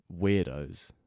weirdos